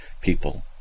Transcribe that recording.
people